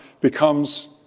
becomes